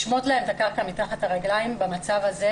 לשמוט להן את הקרקע מתחת לרגליים במצב הזה,